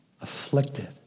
afflicted